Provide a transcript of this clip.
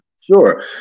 Sure